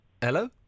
Hello